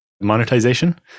monetization